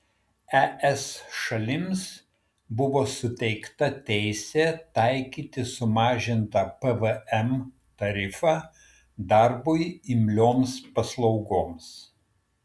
es šalims buvo suteikta teisė taikyti sumažintą pvm tarifą darbui imlioms paslaugoms